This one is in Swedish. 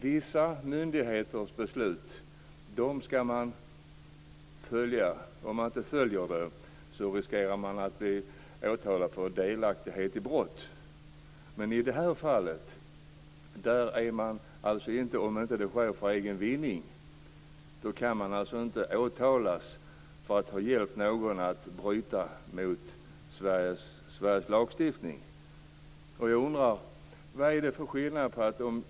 Vissa myndigheters beslut skall man följa, annars riskerar man att bli åtalad för delaktighet i brott. I detta fall kan man inte åtalas för att ha hjälpt någon att bryta mot Sveriges lag, om det inte har skett för egen vinning.